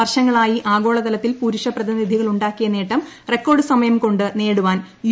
വർഷങ്ങളായി ആഗോളതലത്തിൽ പുരുഷ പ്രതിനിധികളുണ്ടാക്കിയ നേട്ടം റെക്കോർഡ് സമയം കൊണ്ട് നേടുവാൻ യ